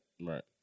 Right